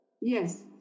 Yes